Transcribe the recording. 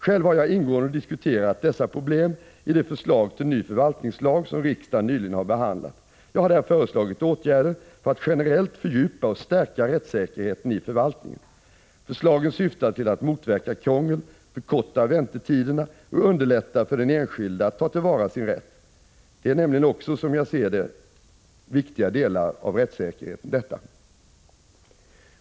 Själv har jag ingående diskuterat dessa problem i det förslag till ny förvaltningslag som riksdagen nyligen har behandlat . Jag har där föreslagit åtgärder för att generellt fördjupa och stärka rättssäkerheten i förvaltningen. Förslagen syftar till att motverka krångel, förkorta väntetiderna och underlätta för den enskilde att ta till vara sin rätt. Detta är nämligen också, som jag ser det, viktiga delar av rättssäkerheten.